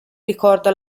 ricorda